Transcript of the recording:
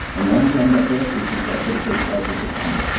a non-combat death is as likely to take life as a combat yeah